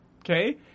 okay